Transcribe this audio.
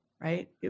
right